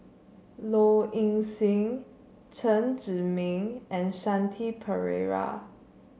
Low Ing Sing Chen Zhiming and Shanti Pereira